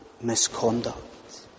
misconduct